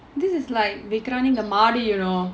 this is like the crowning the money you know